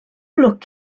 lwc